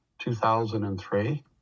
2003